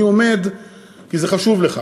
אני עומד כי זה חשוב לך